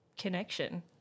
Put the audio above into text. connection